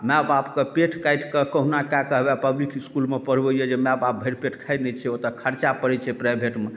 माय बापके पेट काटिके कहुना कएके पब्लिक इसकुलमे पढ़बैया जे माय बाप भरि पेट खाइत नहि छै ओतहुँ खर्चा पड़ैत छै प्राइभेटमे